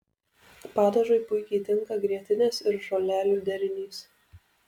padažui puikiai tinka grietinės ir žolelių derinys